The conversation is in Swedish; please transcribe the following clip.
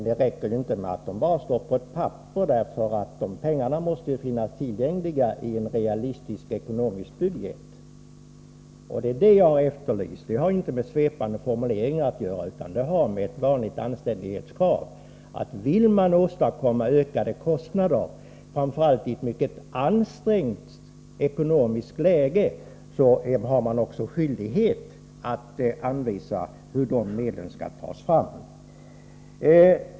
Det räcker inte med en redovisning på ett papper, utan pengarna måste finnas tillgängliga i en realistisk ekonomisk budget. Det är en sådan jag efterlyser. Det har inte med svepande formuleringar att göra, utan det är fråga om ett vanligt anständighetskrav. Vill man åstadkomma ökade kostnader så har man, framför allt i ett mycket ansträngt ekonomiskt läge, också skyldighet att anvisa hur de medlen skall tas fram.